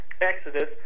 Exodus